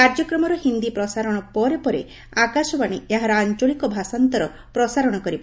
କାର୍ଯ୍ୟକ୍ରମର ହିନ୍ଦୀ ପ୍ରସାରଣ ପରେ ପରେ ଆକାଶବାଣୀ ଏହାର ଆଞ୍ଚଳିକ ଭାଷାନ୍ତର ପ୍ରସାରଣ କରିବ